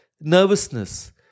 nervousness